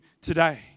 today